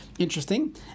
Interesting